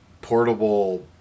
portable